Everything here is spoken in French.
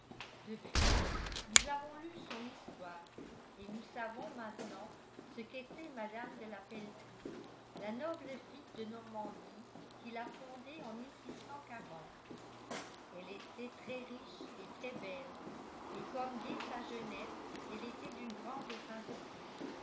depuis nous avons lu son histoire et nous savons maintenant ce qu'était mme de la peltrie la noble fille de normandie qui l'a fondé en elle était très riche et très belle et comme dès sa jeunesse elle était d'une grande sainteté